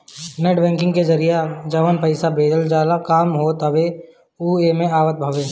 net banking के जरिया से जवन पईसा भेजला के काम होत हवे उ एमे आवत हवे